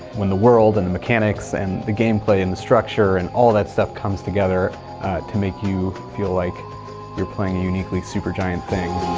when the world, and the mechanics, and the gameplay, and the structure, and all that stuff comes together to make you feel like you're playing a uniquely supergiant thing.